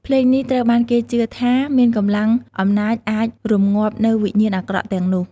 ភ្លេងនេះត្រូវបានគេជឿថាមានកម្លាំងអំណាចអាចរម្ងាប់នូវវិញ្ញាណអាក្រក់ទាំងនោះ។